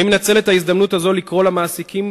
אני מנצל את ההזדמנות הזו לקרוא למעסיקים,